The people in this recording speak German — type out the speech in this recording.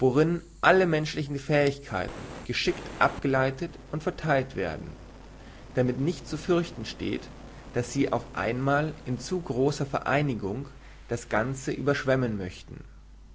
worinn alle menschliche fähigkeiten geschickt abgeleitet und vertheilt werden damit nicht zu fürchten steht daß sie auf einmal in zu großer vereinigung das ganze überschwemmen möchten